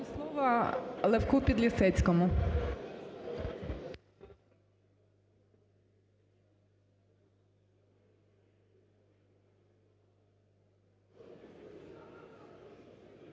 слово Левку Підлісецькому.